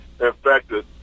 infected